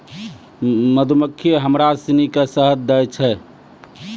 मधुमक्खी हमरा सिनी के शहद दै छै